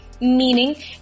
Meaning